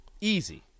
Easy